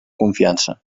confiança